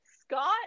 Scott